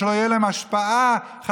כדי שלא תהיה להם השפעה בכנסת,